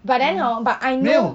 but then hor but I know